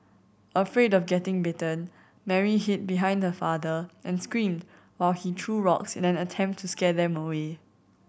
afraid of getting bitten Mary hid behind her father and screamed while he threw rocks in an attempt to scare them away